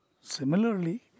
Similarly